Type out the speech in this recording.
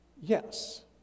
Yes